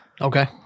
Okay